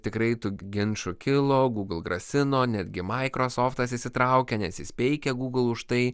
tikrai tų ginčų kilo gūgl grasino netgi maikrosoftas įsitraukė nes jis peikė gūgl už tai